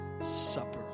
supper